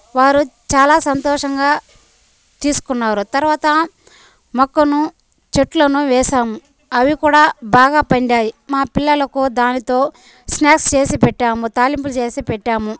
వారు చాలా సంతోషంగా తీసుకున్నారు తర్వాత మొక్కను చెట్లను వేశాము అవి కూడా బాగా పండాయి మా పిల్లలకు దానితో స్న్యాక్స్ చేసి పెట్టాము తాలింపు చేసి పెట్టాము